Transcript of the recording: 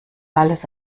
alles